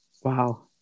Wow